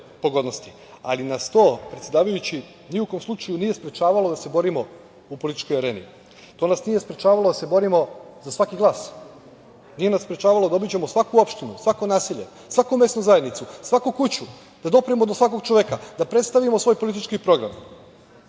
ali nas to, predsedavajući, ni u kom slučaju nije sprečavalo da se borimo u političkoj areni. To nas nije sprečavalo da se borimo za svaki glas, nije nas sprečavalo da obiđemo svaku opštinu, svako naselje, svaku mesnu zajednicu, svaku kuću, da dopremo do svakog čoveka, da predstavimo svoj politički program.